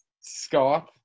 Scott